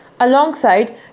Alongside